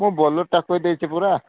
ମୁଁ ବୋଲେରୋଟା କହିଦେଇଛି ପରା